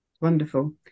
Wonderful